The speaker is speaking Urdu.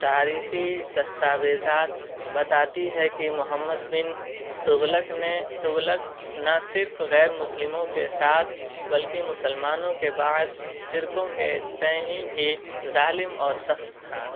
تاریخی دستاویزات بتاتی ہے کہ محمد بن تغلق نے تغلق نہ صرف غیرمسلموں کے ساتھ بلکہ مسلمانوں کے بعض فرقوں کے تئیں بھی ظالم اور سخت تھا